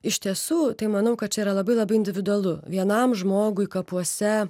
iš tiesų tai manau kad čia yra labai labai individualu vienam žmogui kapuose